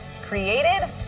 created